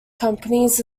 companies